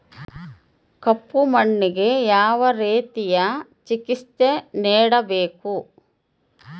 ಕಪ್ಪು ಮಣ್ಣಿಗೆ ಯಾವ ರೇತಿಯ ಚಿಕಿತ್ಸೆ ನೇಡಬೇಕು?